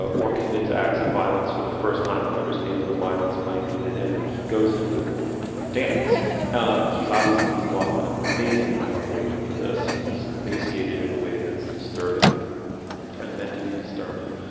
ah or commits acts of violence for the first time and understands what violence might mean to him. he goes into dance um he's obviously he's lost an amazing amount of weight for this he's emaciated in a way that's disturbing and meant to be disturbing.